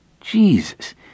Jesus